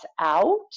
out